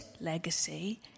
legacy